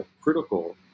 critical